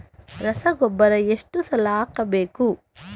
ರಸಗೊಬ್ಬರ ಎಷ್ಟು ಸಲ ಹಾಕಬೇಕು?